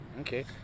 Okay